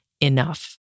enough